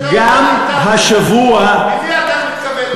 סתם, חבר הכנסת ברכה, שמענו.